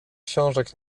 książek